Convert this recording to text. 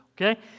Okay